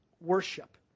worship